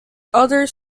others